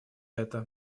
это